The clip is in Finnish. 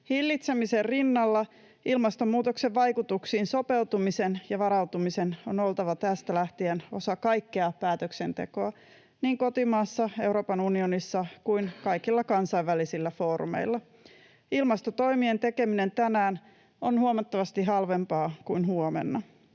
Hillitsemisen rinnalla ilmastonmuutoksen vaikutuksiin sopeutumisen ja varautumisen on oltava tästä lähtien osa kaikkea päätöksentekoa niin kotimaassa, Euroopan unionissa kuin kaikilla kansainvälisillä foorumeilla. Ilmastotoimien tekeminen tänään on huomattavasti halvempaa kuin huomenna.